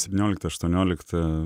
septynioliktą aštuonioliktą